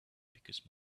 because